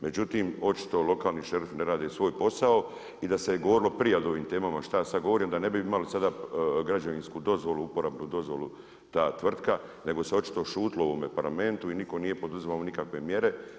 Međutim, očito lokalni šerifi ne rade svoj posao i da se je govorilo prije o ovim temama šta ja sada govorim da ne bi imali sada građevinsku dozvolu, uporabnu dozvolu ta tvrtka nego se očito šutilo u ovome Parlamentu i niko nije poduzimao nikakve mjere.